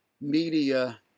media